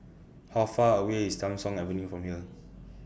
How Far away IS Tham Soong Avenue from here